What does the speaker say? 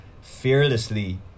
fearlessly